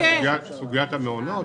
בסוגיית המעונות?